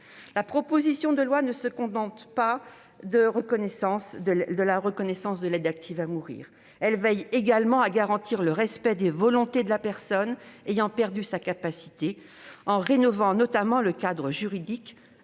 La proposition de loi ne se cantonne pas à la reconnaissance de l'aide active à mourir. Elle veille également à garantir le respect des volontés de la personne ayant perdu leur capacité, en rénovant notamment le cadre juridique